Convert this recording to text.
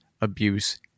abuse